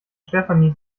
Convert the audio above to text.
stefanie